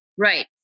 Right